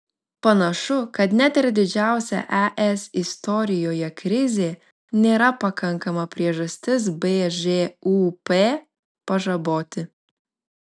panašu kad net ir didžiausia es istorijoje krizė nėra pakankama priežastis bžūp pažaboti